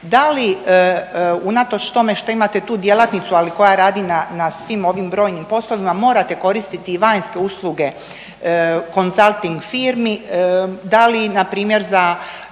Da li unatoč tome što imate tu djelatnicu, ali koja radi na svim ovim brojnim poslovima, morate koristiti i vanjske usluge konzalting firmi, da li npr. za